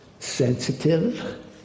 Sensitive